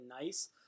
nice